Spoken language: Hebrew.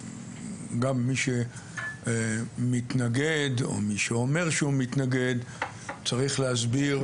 גם את מי שמתנגד או את מי שאומר שהוא מתנגד צריך לשאול,